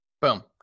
Boom